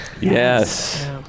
Yes